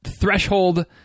threshold